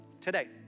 today